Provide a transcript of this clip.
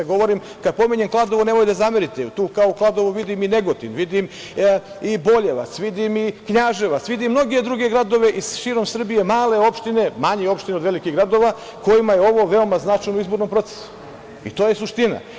Kad pominjem Kladovo, nemojte da zamerite, kao Kladovo vidim i Negotin, vidim i Boljevac, vidim i Knjaževac, vidim mnoge druge gradove širom Srbije, male opštine, manje opštine od velikih gradova kojima je ovo veoma značajno u izbornom procesu, i to je suština.